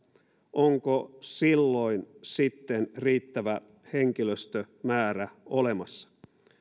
onko silloin sitten riittävä henkilöstömäärä olemassa